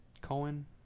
Cohen